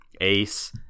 Ace